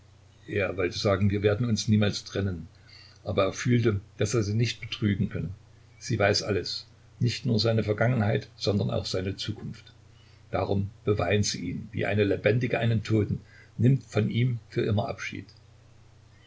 er wollte sagen wir werden uns niemals trennen aber er fühlte daß er sie nicht betrügen könne sie weiß alles nicht nur seine vergangenheit sondern auch seine zukunft darum beweint sie ihn wie eine lebendige einen toten nimmt von ihm für immer abschied